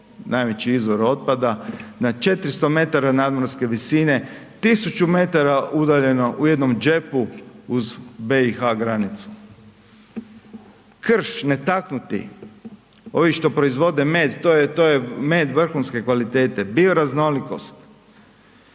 najveći izvor otpada, na 400 metara nadmorske visine, 1000 metara udaljeno u jednom džepu uz BiH granicu, krš netaknuti, ovi što proizvode med, to je, to je med vrhunske kvalitete, bioraznolikost,